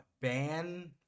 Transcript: ban